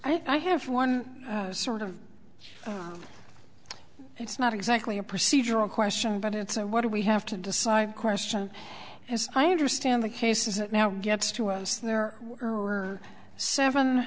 g i have one sort of it's not exactly a procedural question but it's a what do we have to decide question as i understand the case is it now gets to us there were seven